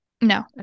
no